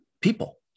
people